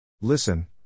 Listen